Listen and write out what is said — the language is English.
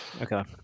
Okay